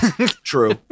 true